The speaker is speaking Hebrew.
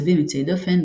עיצובים יוצאי דופן,